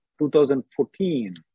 2014